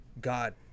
God